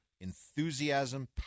enthusiasm